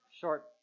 Short